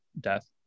death